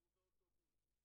שישבו באוטובוס,